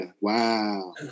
Wow